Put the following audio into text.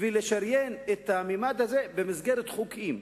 ולשריין את הממד הזה במסגרת חוקים?